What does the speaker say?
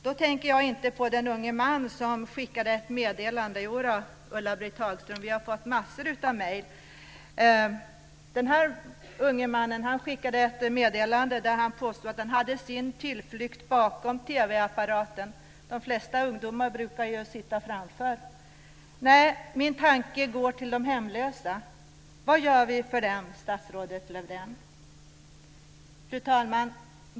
Då tänker jag inte på den unge man som skickade ett meddelande - jodå, Ulla-Britt Hagström, vi har fått massor av mejl - där han påstod att han hade sin tillflykt bakom TV-apparaten. De flesta ungdomar brukar ju sitta framför TV-apparaten. Nej, min tanke går till de hemlösa. Vad gör vi för dem, statsrådet Lövdén? Fru talman!